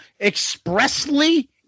expressly